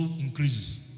increases